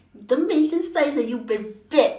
don't mention size eh you very bad